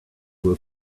were